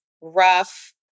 rough